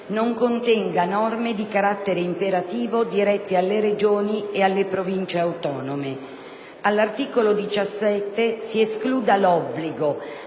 non contenga norme di carattere imperativo dirette alle Regioni e alle Province autonome; - all'articolo 18, si escluda l'obbligo,